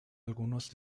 algunos